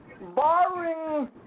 barring